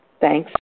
Thanks